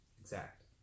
Exact